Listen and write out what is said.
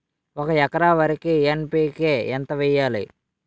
ఒక ఎకర వరికి ఎన్.పి కే ఎంత వేయాలి?